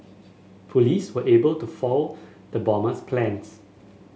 police were able to foil the bomber's plans